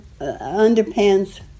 underpants